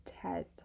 Ted